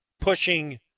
pushing